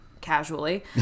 casually